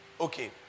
Okay